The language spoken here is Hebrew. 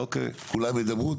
כולם ידברו,